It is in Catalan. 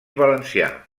valencià